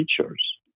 teachers